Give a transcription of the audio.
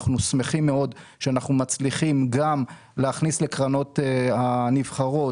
אנחנו שמחים מאוד שאנחנו מצליחים גם להכניס לקרנות הנבחרות